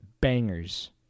bangers